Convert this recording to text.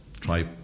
try